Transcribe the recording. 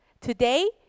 Today